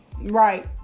Right